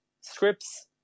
scripts